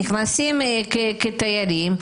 נכנסים כתיירים,